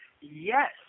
Yes